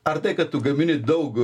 ar tai kad tu gamini daug